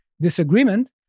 disagreement